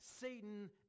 Satan